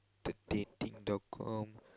the dating dot com